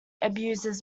abuses